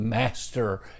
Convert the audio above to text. Master